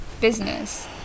business